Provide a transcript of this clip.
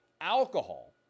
Alcohol